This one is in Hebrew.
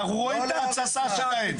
אנחנו רואים את התססה שלהם.